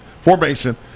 formation